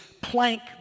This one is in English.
plank